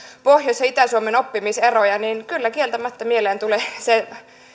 pohjois ja itä suomen oppimiseroja niin kyllä kieltämättä mieleen tulee se